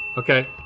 okay.